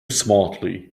smartly